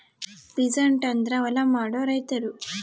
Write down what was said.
peasant ಅಂದ್ರ ಹೊಲ ಮಾಡೋ ರೈತರು